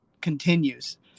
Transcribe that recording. continues